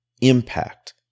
impact